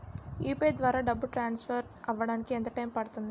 UPI ద్వారా డబ్బు transfer అవ్వడానికి ఎంత టైం పడుతుంది?